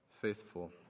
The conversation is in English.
faithful